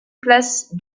place